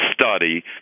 study